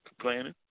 complaining